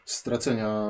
stracenia